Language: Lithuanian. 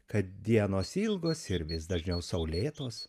kad dienos ilgos ir vis dažniau saulėtos